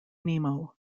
nemo